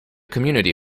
community